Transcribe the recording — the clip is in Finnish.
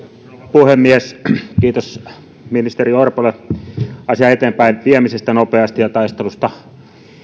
puhemies kiitos ministeri orpolle asian eteenpäin viemisestä nopeasti ja taistelusta